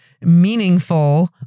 meaningful